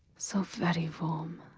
so very warm.